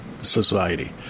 society